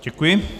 Děkuji.